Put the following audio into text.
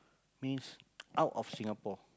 means out of Singapore